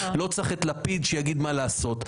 לא צריך את לפיד שיגיד מה לעשות.